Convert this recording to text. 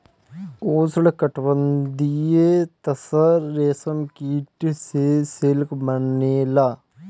उष्णकटिबंधीय तसर रेशम कीट से सिल्क बनेला